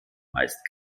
meist